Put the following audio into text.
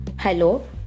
Hello